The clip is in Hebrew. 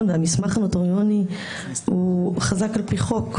והמסמך הנוטריוני הוא על פי חוק.